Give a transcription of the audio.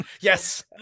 Yes